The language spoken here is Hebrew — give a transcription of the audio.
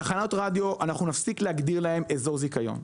אנחנו נפסיק להגדיר לתחנות רדיו אזור זיכיון.